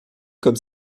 comme